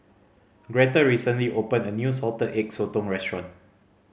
Greta recently opened a new Salted Egg Sotong restaurant